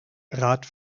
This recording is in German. rat